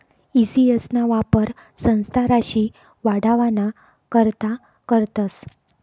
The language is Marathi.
ई सी.एस ना वापर संस्था राशी वाढावाना करता करतस